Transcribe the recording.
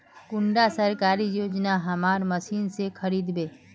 कुंडा सरकारी योजना हमार मशीन से खरीद छै?